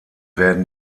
werden